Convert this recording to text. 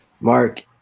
Mark